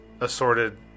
assorted